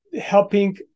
helping